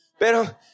Pero